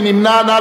מי נמנע?